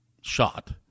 shot